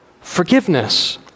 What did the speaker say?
Forgiveness